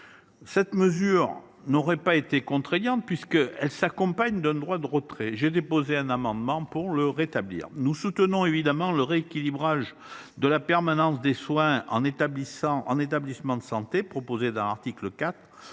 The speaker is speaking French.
elle n’est pas contraignante, puisqu’elle s’accompagne d’un droit de retrait. Aussi, j’ai déposé un amendement visant à la rétablir. Nous soutenons évidemment le rééquilibrage de la permanence des soins en établissement de santé proposé à l’article 4,